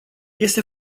este